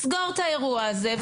תסגור את האירוע הזה,